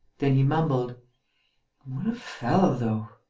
then he mumbled what a fellow, though!